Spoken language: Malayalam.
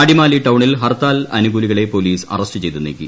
അടിമാലി ടൌണിൽ ഹർത്താൽ അനുകൂലികളെ പോലീസ് അറസ്റ്റ് ചെയ്തു നീക്കി